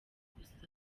gusa